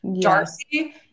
Darcy